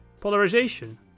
polarization